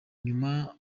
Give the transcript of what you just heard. nyuma